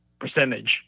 percentage